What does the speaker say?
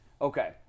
Okay